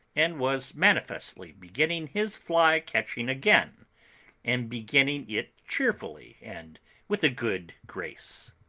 and was manifestly beginning his fly-catching again and beginning it cheerfully and with a good grace.